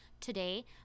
today